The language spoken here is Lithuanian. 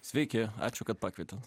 sveiki ačiū kad pakvietėt